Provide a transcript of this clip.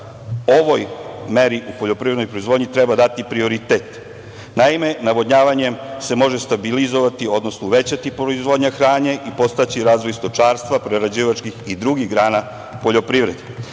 ovoj meri u poljoprivrednoj proizvodnji treba dati prioritet. Naime, navodnjavanjem se može stabilizovati, odnosno uvećati proizvodnja hrane i postojeći razvoj stočarstva, prerađivačkih i drugih grana poljoprivrede. Kao